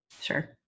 sure